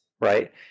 right